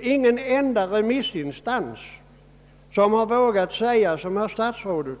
Ingen enda remissinstans har vågat säga som statsrådet